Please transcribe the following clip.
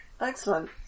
excellent